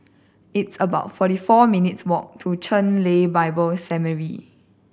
it's about forty four minutes' walk to Chen Lien Bible Seminary